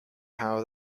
how